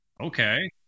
Okay